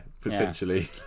potentially